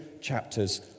chapters